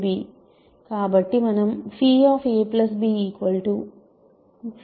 కాబట్టి మనం ababఅని పరీక్షించాలి